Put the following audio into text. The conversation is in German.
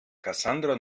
cassandra